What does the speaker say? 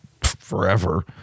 forever